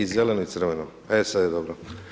i zeleno i crveno, e sad je dobro.